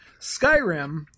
Skyrim